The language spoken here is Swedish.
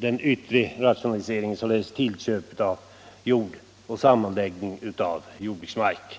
genom inköp av mark eller sammanläggning av jordbruksenheter.